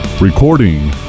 Recording